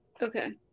Okay